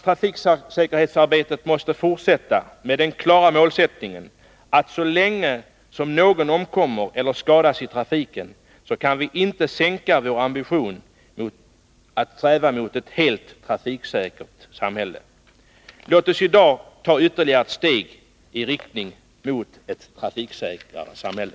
Trafiksäkerhetsarbetet måste fortsätta med den klara målsättningen att så länge som någon omkommer eller skadas i trafiken kan vi inte sänka vår ambition att sträva mot ett helt trafiksäkert samhälle. Låt oss i dag ta ytterligare ett steg i riktning mot ett trafiksäkrare samhälle.